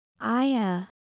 Aya